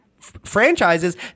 franchises